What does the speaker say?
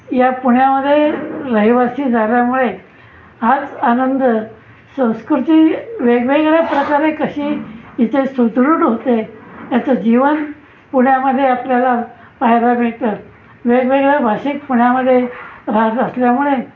या पुण्यामध्ये रहिवासी झाल्यामुळे आज आनंद संस्कृती वेगवेगळ्या प्रकारे कशी इथे सुदृढ होते याचं जीवन पुण्यामध्ये आपल्याला पाहायला भेटतं वेगवेगळ्या भाषिक पुण्यामध्ये राहत असल्यामुळे